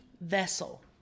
vessel